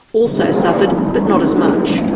also suffered but not as much.